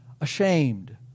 ashamed